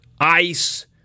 ice